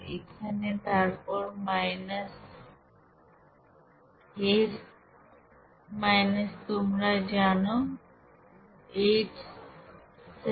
এখানে তারপর এর তোমরা জানো 87169